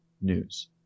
news